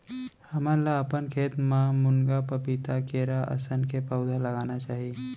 हमन ल अपन खेत म मुनगा, पपीता, केरा असन के पउधा लगाना चाही